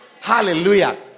Hallelujah